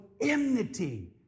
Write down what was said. enmity